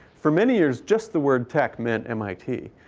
for many years, just the word tech meant mit.